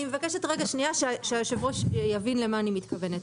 אני מבקשת שיושב הראש יבין למה אני מתכוונת.